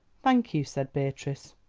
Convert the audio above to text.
thank you, said beatrice,